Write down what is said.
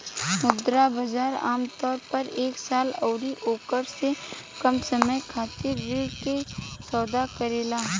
मुद्रा बाजार आमतौर पर एक साल अउरी ओकरा से कम समय खातिर ऋण के सौदा करेला